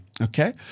Okay